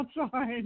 outside